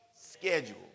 Schedule